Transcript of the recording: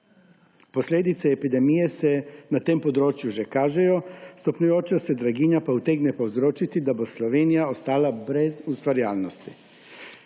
Posledice epidemije se na tem področju že kažejo, stopnjujoča se draginja pa utegne povzročiti, da bo Slovenija ostala brez ustvarjalnosti.